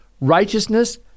righteousness